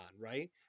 Right